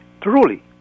truly